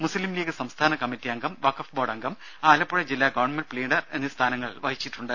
മുസ്ലീംലീഗ് സംസ്ഥാന കമ്മിറ്റി അംഗം വഖഫ് ബോർഡ് അംഗം ആലപ്പുഴ ജില്ലാ ഗവൺമെന്റ് പ്പീഡർ എന്നീ സ്ഥാനങ്ങൾ വഹിച്ചിട്ടുണ്ട്